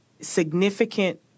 significant